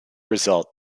result